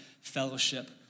fellowship